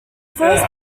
first